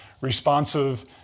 responsive